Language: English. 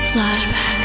Flashback